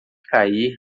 cair